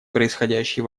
происходящие